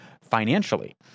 financially